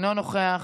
אינו נוכח,